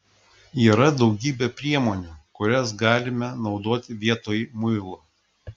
yra daugybė priemonių kurias galime naudoti vietoj muilo